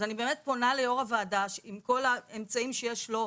אז אני באמת פונה ליו"ר הוועדה שעם כל האמצעים שיש לו,